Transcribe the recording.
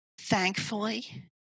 Thankfully